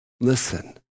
listen